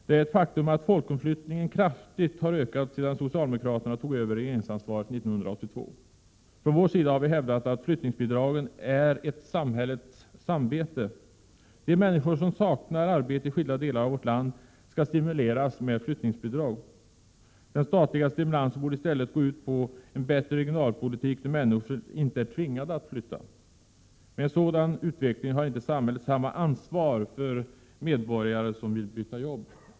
Det är ett faktum att folkomflyttningen kraftigt har ökat sedan socialdemokraterna tog över regeringsansvaret 1982. Från vår sida har vi hävdat att flyttningsbidragen är ett samhällets samvete. De människor som saknar arbete i skilda delar av vårt land skall stimuleras med flyttningsbidrag. Den statliga stimulansen borde i stället gå ut på en bättre regionalpolitik, där människor inte är tvingade att flytta. Med en sådan utveckling har inte samhället samma ansvar för medborgare som vill byta jobb.